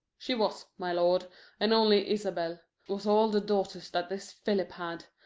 she was, my lord and only isabel was all the daughters that this phillip had,